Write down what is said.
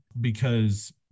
because-